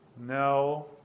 No